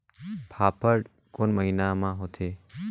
फाफण कोन महीना म होथे?